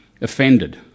offended